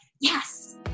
yes